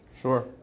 Sure